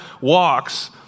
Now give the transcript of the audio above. walks